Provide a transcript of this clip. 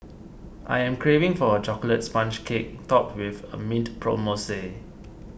I am craving for a Chocolate Sponge Cake Topped with mint mousse